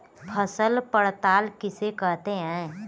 फसल पड़ताल किसे कहते हैं?